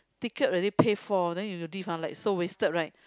ticket already pay for then you leave !huh! like so wasted right